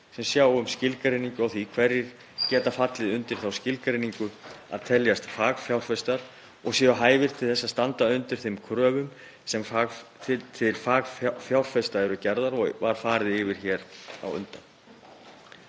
sem sjá um skilgreiningu á því hverjir geta fallið undir þá skilgreiningu að teljast fagfjárfestar og séu hæfir til þess að standa undir þeim kröfum sem til fagfjárfesta eru gerðar og var farið yfir hér á undan.